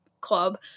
club